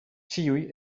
ĉiuj